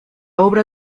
obra